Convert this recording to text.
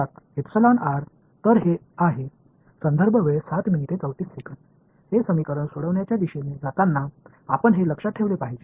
तर हे आहे हे समीकरण सोडवण्याच्या दिशेने जाताना आपण हे लक्षात ठेवले पाहिजे